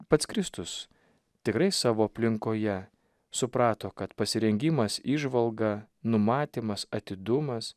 pats kristus tikrai savo aplinkoje suprato kad pasirengimas įžvalga numatymas atidumas